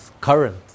current